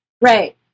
right